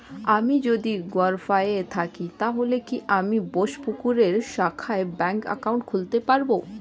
আমি যদি গরফায়ে থাকি তাহলে কি আমি বোসপুকুরের শাখায় ব্যঙ্ক একাউন্ট খুলতে পারবো?